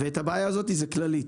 והבעיה הזאת כללית.